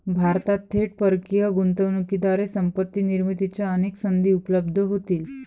भारतात थेट परकीय गुंतवणुकीद्वारे संपत्ती निर्मितीच्या अनेक संधी उपलब्ध होतील